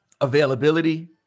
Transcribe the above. availability